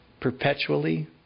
perpetually